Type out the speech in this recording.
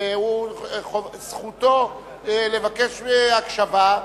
וזכותו לבקש הקשבה,